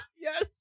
yes